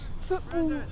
football